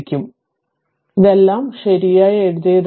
അതിനാൽ ഇതെല്ലാം ശരിയായി എഴുതിയതാണ്